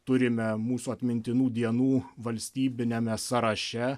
turime mūsų atmintinų dienų valstybiniame sąraše